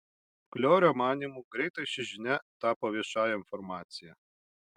kliorio manymu greitai ši žinia tapo viešąja informacija